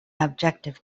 objective